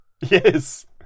yes